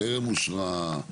טרם אושרה,